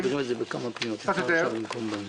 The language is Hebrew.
קצת יותר,